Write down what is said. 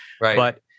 Right